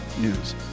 news